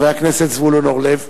חבר הכנסת זבולון אורלב,